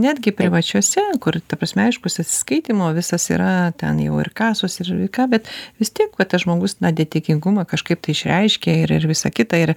netgi privačiose kur ta prasme aiškus atsiskaitymo visas yra ten jau ir kasos ir ką bet vis tiek vat žmogus na dėtikingumą kažkaip tai išreiškia ir ir visa kita ir